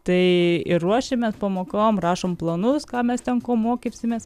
tai ir ruošiamės pamokom rašome planus ką mes ten ko mokysimės